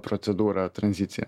procedūrą tranziciją